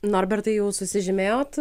norbertai jau susižymėjot